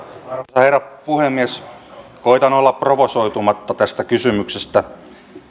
herra puhemies koetan olla provosoitumatta tästä kysymyksestä